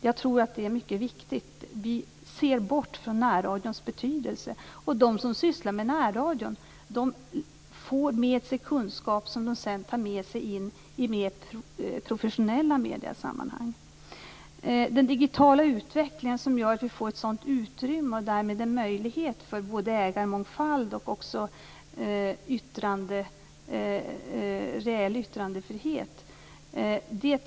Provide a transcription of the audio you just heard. Jag tror att det är mycket viktigt. Man brukar bortse från närradions betydelse. De som sysslar med närradio tar sedan med sig kunskap i mer professionella mediesammanhang. Den digitala utvecklingen gör att vi får ett utrymme och därmed en möjlighet till både ägarmångfald och reell yttrandefrihet.